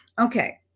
Okay